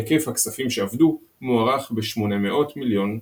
היקף הכספים שאבדו מוערך ב-800 מיליון ש"ח.